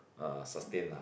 uh sustain lah